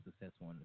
successful